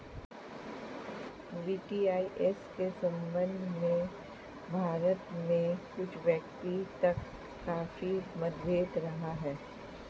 VDIS के संदर्भ में भारत में कुछ वक्त तक काफी मतभेद भी रहा है